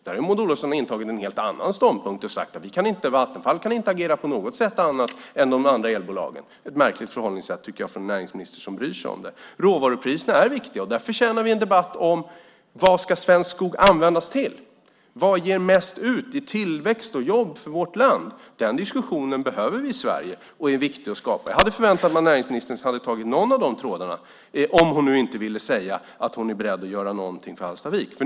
Men Maud Olofsson har intagit en helt annan ståndpunkt och sagt att Vattenfall inte kan agera på annat sätt än de andra elbolagen. Det tycker jag är ett märkligt förhållningssätt från en näringsminister som bryr sig. Råvarupriserna är viktiga och förtjänar en debatt om vad svensk skog ska användas till. Vad ger mest i tillväxt och jobb för vårt land? Den diskussionen behöver vi i Sverige, för det är det viktigt att skapa. Jag hade förväntat mig att näringsministern skulle ta upp någon av de trådarna - om hon nu inte ville säga att hon är beredd att göra någonting för Hallstavik.